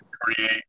create